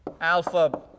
alpha